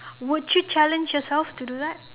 would you challenge yourself to do that